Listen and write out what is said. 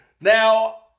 Now